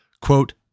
quote